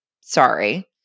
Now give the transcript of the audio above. Sorry